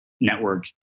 network